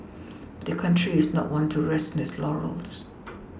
the country is not one to rest its laurels